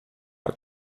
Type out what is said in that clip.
out